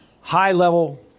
high-level